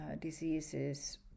diseases